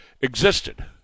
existed